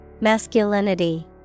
Masculinity